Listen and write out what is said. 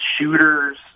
shooters